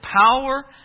power